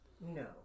No